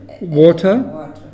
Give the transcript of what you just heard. water